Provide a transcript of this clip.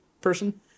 person